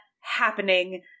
happening